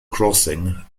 crossing